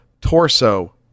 torso